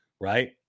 Right